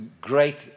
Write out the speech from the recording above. great